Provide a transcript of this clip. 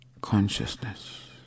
consciousness